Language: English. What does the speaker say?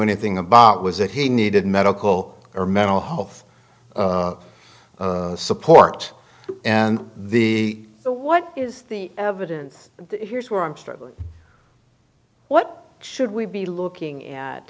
anything about was that he needed medical or mental health support and the what is the evidence here's where i'm struggling what should we be looking at